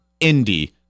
indie